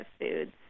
foods